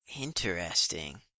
Interesting